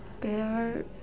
bear